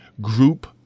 group